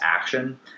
action